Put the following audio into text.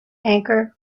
anchor